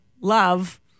love